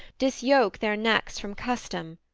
disyoke their necks from custom,